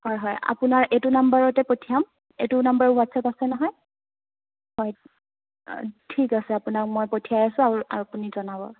হয় হয় আপোনাৰ এইটো নম্বৰতে পঠিয়াম এইটো নম্বৰ হোৱাটছাপ আছে নহয় হয় ঠিক আছে আপোনাক মই পঠিয়াই আছোঁ আৰু আপুনি জনাব